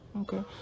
Okay